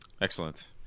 excellent